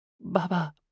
Baba